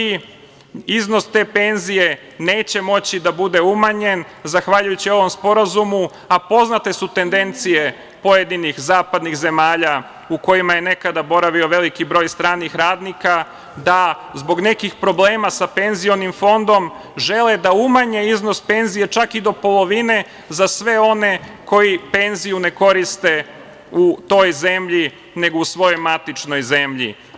Iznos te penzije neće moći da bude umanjen zahvaljujući ovom sporazumu, a poznate su tendencije pojedinih zapadnih zemalja, u kojima je nekada boravio veliki broj stranih radnika, da zbog nekih problema sa penzionim fondom žele da umanje iznos penzija, čak i do polovine za sve one koji penziju ne koriste u toj zemlji, nego u svojoj matičnoj zemlji.